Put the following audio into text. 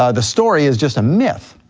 ah the story is just a myth.